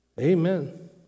Amen